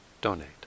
donate